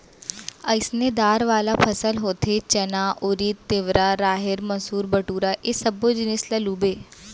अइसने दार वाला फसल होथे चना, उरिद, तिंवरा, राहेर, मसूर, बटूरा ए सब्बो जिनिस ल लूबे